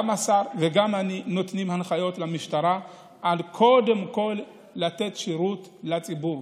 גם השר וגם אני נותנים הנחיות למשטרה קודם כול לתת שירות לציבור,